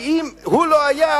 כי אם הוא לא היה,